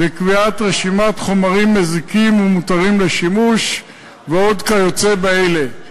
קביעת רשימת חומרים מזיקים ומותרים לשימוש ועוד כיוצא באלה.